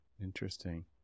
Interesting